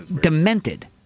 Demented